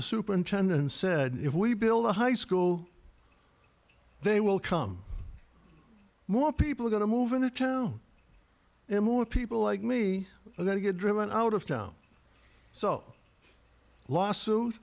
the superintendent said if we build a high school they will come more people are going to move into town and more people like me are going to get driven out of town so lawsuit